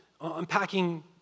unpacking